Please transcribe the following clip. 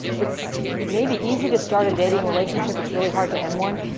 it's maybe easy to start a dating relationship. it's really hard to end one.